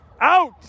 Out